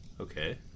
Okay